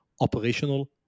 operational